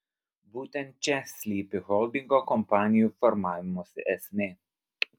būtent čia slypi holdingo kompanijų formavimosi esmė